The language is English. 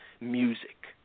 music